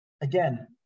again